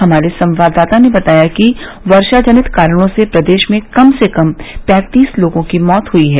हमारे संवाददाता ने बताया कि वर्षा जनित कारणों से प्रदेश में कम से कम पैंतीस लोगों की मौत हुई है